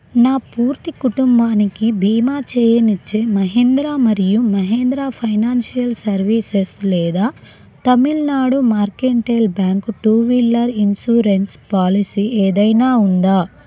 నా పూర్తి కుటుంబానికి భీమా చేయనిచ్చే మహీంద్రా మరియు మహీంద్రా ఫైనాన్షియల్ సర్వీసెస్ లేదా Tamil Nadu mercantile bank two wheeler insurance policy ఏదైనా ఉందా